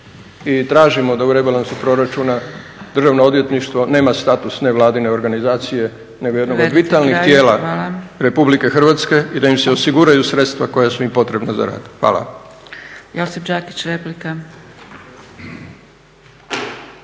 i tražimo da u rebalansu proračuna Državno odvjetništvo nema status nevladine organizacije, nego jednog od vitalnih tijela… …/Upadica Zgrebec: Privedite kraju. Hvala./… … Republike Hrvatske i da im se osiguraju sredstva koja su im potrebna za rad. Hvala.